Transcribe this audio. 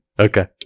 Okay